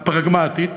הפרגמטית,